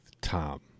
Tom